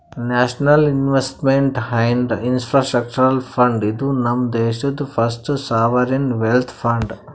national investment and infrastructure fund, ಇದು ನಮ್ ದೇಶಾದು ಫಸ್ಟ್ ಸಾವರಿನ್ ವೆಲ್ತ್ ಫಂಡ್